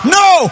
no